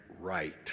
right